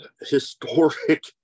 historic